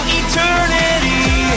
eternity